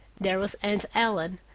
there was aunt ellen.